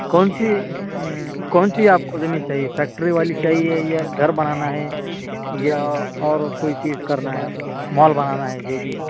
کون سی کون سی آپ کو زمین چاہیے فیکٹری والی چاہیے یا گھر بنانا ہے یا اور کوئی چیز کرنا ہے آپ کو مال بنانا ہے جو بھی